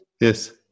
Yes